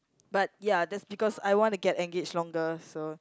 but ya that's because I want to get engage longer so